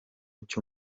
cyo